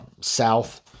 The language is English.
south